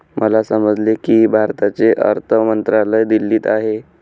मला समजले की भारताचे अर्थ मंत्रालय दिल्लीत आहे